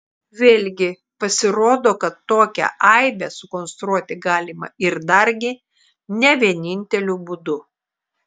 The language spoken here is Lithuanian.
vėlgi pasirodo kad tokią aibę sukonstruoti galima ir dargi ne vieninteliu būdu